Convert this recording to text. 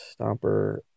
Stomper